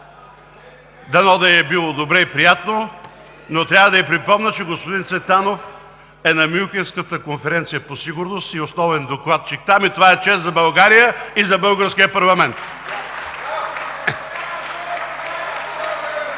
Дано да й е било добре и приятно, но трябва да й припомня, че господин Цветанов е на Мюнхенската конференция по сигурност и основен докладчик там, и това е чест за България и за българския парламент.